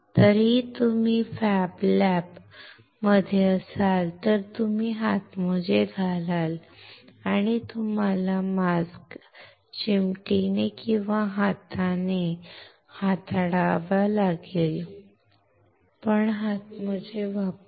तरीही तुम्ही फॅब लॅबमध्ये असाल तर तुम्ही हातमोजा घालाल आणि तुम्हाला मास्क चिमटीने किंवा हाताने हाताळावा लागेल पण हातमोजे वापरून